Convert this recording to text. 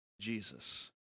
Jesus